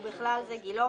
ובכלל זה גילו,